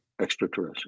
extraterrestrial